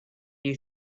you